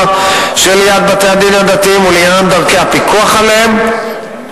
שליד בתי-הדין הדתיים ולעניין דרכי הפיקוח עליהם,